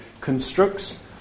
constructs